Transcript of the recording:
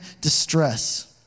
distress